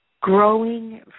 Growing